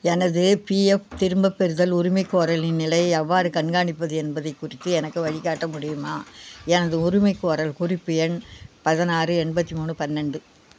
எனது பிஎஃப் திரும்பப் பெறுதல் உரிமைக்கோரலின் நிலையை எவ்வாறு கண்காணிப்பது என்பதைக் குறித்து எனக்கு வழிகாட்ட முடியுமா எனது உரிமைக்கோரல் குறிப்பு எண் பதினாறு எண்பத்து மூணு பன்னெண்டு